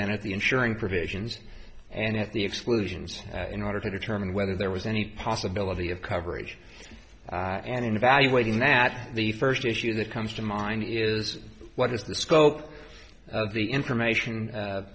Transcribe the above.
then at the insuring provisions and if the exclusions in order to determine whether there was any possibility of coverage and in evaluating that the first issue that comes to mind is what is the scope of the information